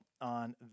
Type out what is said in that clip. on